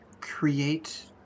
create